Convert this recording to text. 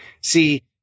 see